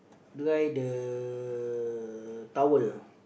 the guy the towel